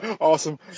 Awesome